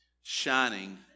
shining